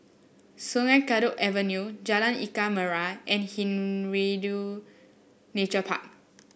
Sungei Kadut Avenue Jalan Ikan Merah and Hindhede Nature Park